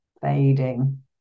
fading